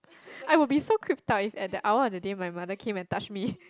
I will be so creeped out if at that hour of the day my mother came and touched me